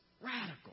radical